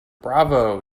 bravo